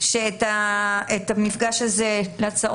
שהמפגש להצעות יתקיים בהקדם.